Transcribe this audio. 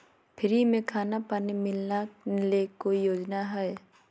Free में खाना पानी मिलना ले कोइ योजना हय?